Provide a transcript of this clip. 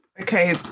Okay